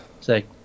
say